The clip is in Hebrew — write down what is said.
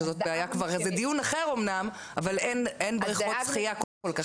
זה דיון אחר אומנם אבל אין בריכות שחייה כל כך,